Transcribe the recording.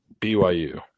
BYU